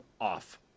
off